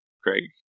Craig